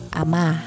ama